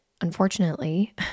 unfortunately